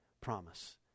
promise